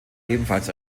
ebenfalls